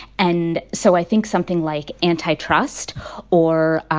and so i think something like antitrust or,